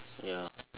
ya